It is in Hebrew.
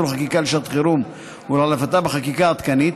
חקיקה לשעת חירום ולהחלפתה בחקיקה עדכנית,